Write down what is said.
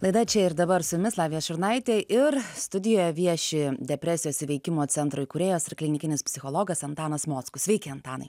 laida čia ir dabar su jumis lavija šurnaitė ir studijoje vieši depresijos įveikimo centro įkūrėjas ir klinikinis psichologas antanas mockus sveiki antanai